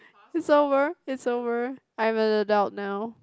it's over it's over I'm an adult now